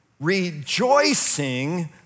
rejoicing